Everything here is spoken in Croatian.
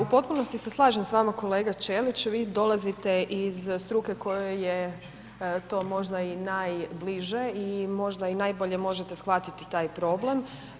U potpunosti se slažem s vama kolega Ćelić, vi dolazite iz struke kojoj je to možda i najbliže i možda i najbolje možete shvatiti taj problem.